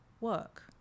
work